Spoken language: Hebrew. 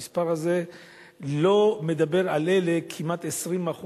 המספר לא מדבר על כמעט 20%,